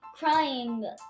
Crying